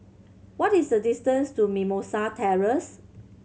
what is the distance to Mimosa Terrace